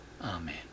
Amen